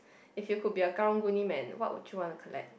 if you could be a karang-guni man what would you want to collect